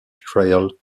trial